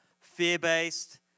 fear-based